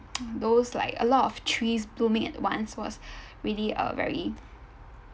those like a lot of trees blooming at once was really a very